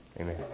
Amen